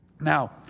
Now